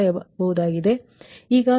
ಇದು ಲೆಕ್ಕಾಚಾರವಾಗಿದೆ